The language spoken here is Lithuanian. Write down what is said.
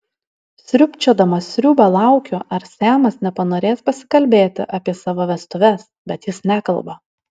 sriubčiodama sriubą laukiu ar semas nepanorės pasikalbėti apie savo vestuves bet jis nekalba